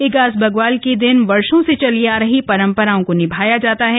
इगास पर्व के दिन वर्षो से चली आ रही परंपराओं को निभाया जाता है